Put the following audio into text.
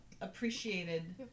appreciated